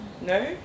No